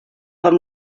com